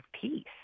peace